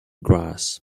grass